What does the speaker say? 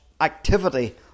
activity